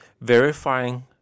verifying